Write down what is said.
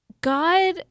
God